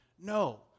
No